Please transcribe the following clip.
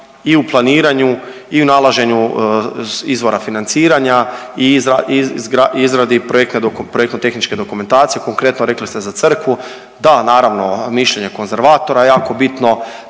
i u planiranju i u nalaženu izvora financiranja i izradi projektno-tehničke dokumentacije konkretno rekli ste za Crkvu. Da, naravno mišljenje konzervatora je jako bitno